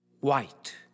White